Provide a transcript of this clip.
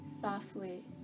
softly